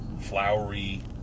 flowery